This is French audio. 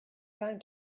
vingt